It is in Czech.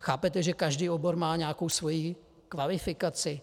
Chápete, že každý obor má nějakou svoji kvalifikaci?